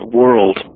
world